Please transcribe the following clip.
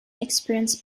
experience